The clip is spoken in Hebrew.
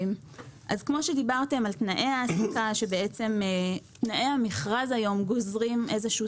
כפי שדיברתם על תנאי ההעסקה תנאי המכרז היום גוזרים איזשהו